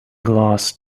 glass